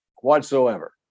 whatsoever